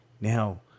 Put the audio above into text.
now